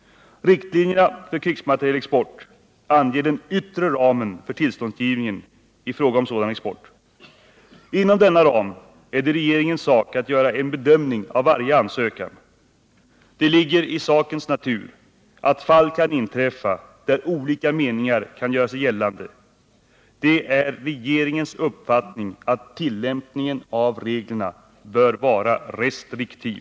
Riktlinjerna för krigsmaterielexport anger den yttre ramen för tillståndsgivningen i fråga om sådan export. Inom denna ram är det regeringens sak att göra en bedömning av varje ansökan. Det ligger i sakens natur att fall kan inträffa där olika meningar kan göra sig gällande. Det är regeringens uppfattning att tillämpningen av reglerna bör vara restriktiv.